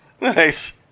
Nice